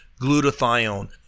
glutathione